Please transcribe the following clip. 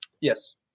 Yes